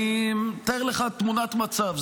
אני מתאר לך תמונת מצב.